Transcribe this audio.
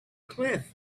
cliff